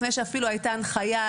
לפני שאפילו הייתה הנחיה,